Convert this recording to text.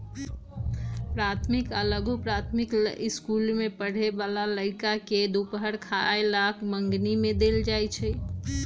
प्राथमिक आ लघु माध्यमिक ईसकुल पढ़े जाय बला लइरका के दूपहर के खयला मंग्नी में देल जाइ छै